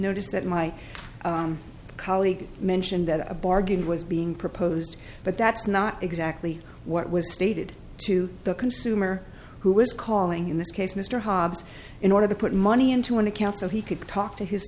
notice that my colleague mentioned that a bargain was being proposed but that's not exactly what was stated to the consumer who was calling in this case mr hobbs in order to put money into an account so he could talk to his